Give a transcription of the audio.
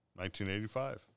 1985